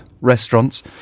restaurants